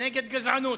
נגד גזענות.